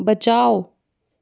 बचाओ